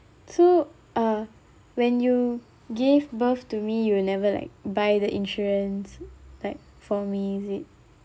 so uh when you give birth to me you never like buy the insurance like for me is it